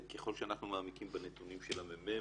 ככל שאנחנו מעמיקים בנתונים של הממ"מ,